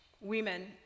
Women